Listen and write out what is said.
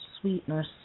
sweetness